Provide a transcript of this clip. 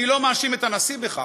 אני לא מאשים את הנשיא בכך,